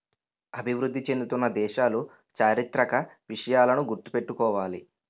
అభివృద్ధి చెందుతున్న దేశాలు చారిత్రక విషయాలను గుర్తు పెట్టుకోవాలి